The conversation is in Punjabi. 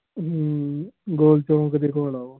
ਹਮ ਗੋਲ ਚੌਂਕ ਦੇ ਕੋਲ ਆ ਉਹ